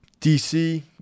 DC